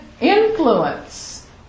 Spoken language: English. influence